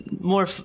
More